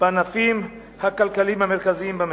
בענפים כלכליים מרכזיים במשק.